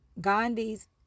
gandhi's